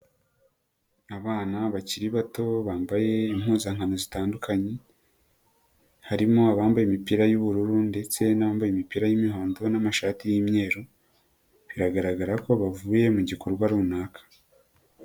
Abana bakiri bato bambaye impuzankano zitandukanye, harimo abambaye imipira y'ubururu ndetse n'ambaye imipira y'umuhondo n'amashati y'imweru, biragaragara ko bavuye mu gikorwa runaka.